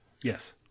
Yes